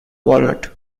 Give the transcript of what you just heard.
walnut